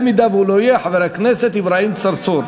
אם הוא לא יהיה, חבר הכנסת אברהים צרצור.